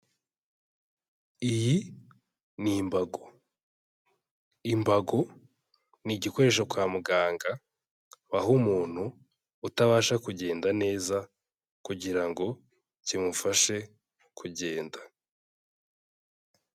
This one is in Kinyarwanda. Iyi ni imbago, imbago ni igikoresho kwa muganga, baha umuntu utabasha kugenda neza kugira ngo kimufashe kugenda.